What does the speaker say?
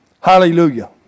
Hallelujah